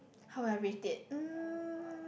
how would I rate it um